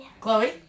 Chloe